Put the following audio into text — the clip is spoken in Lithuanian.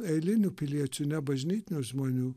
eilinių piliečių ne bažnytinių žmonių